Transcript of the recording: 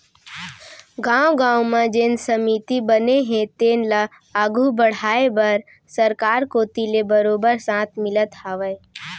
गाँव गाँव म जेन समिति बने हे तेन ल आघू बड़हाय बर सरकार कोती ले बरोबर साथ मिलत हावय